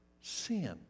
Sin